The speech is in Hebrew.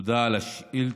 תודה על השאילתה.